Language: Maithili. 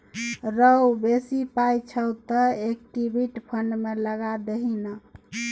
रौ बेसी पाय छौ तँ इक्विटी फंड मे लगा दही ने